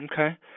Okay